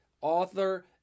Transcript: author